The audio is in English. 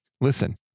Listen